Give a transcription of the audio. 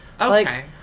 Okay